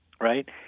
right